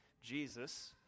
Jesus